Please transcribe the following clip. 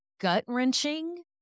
gut-wrenching